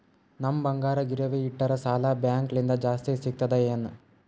ನಮ್ ಬಂಗಾರ ಗಿರವಿ ಇಟ್ಟರ ಸಾಲ ಬ್ಯಾಂಕ ಲಿಂದ ಜಾಸ್ತಿ ಸಿಗ್ತದಾ ಏನ್?